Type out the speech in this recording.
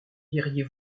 diriez